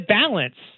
balance